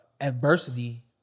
adversity